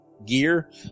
Gear